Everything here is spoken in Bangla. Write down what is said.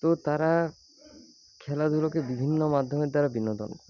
তো তারা খেলাধুলোকে বিভিন্ন মাধ্যমের দ্বারা বিনোদন করে